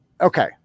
Okay